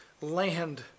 land